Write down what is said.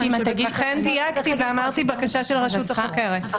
לכן דייקתי ואמרתי בקשה של הרשות החוקרת.